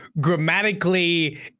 grammatically